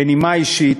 בנימה אישית,